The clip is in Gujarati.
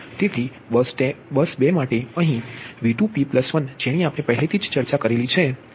તેથી બસ 2 માટે અહીં V2p1 જેની આપણે પહેલેથી જ ચર્ચા કરેલી છે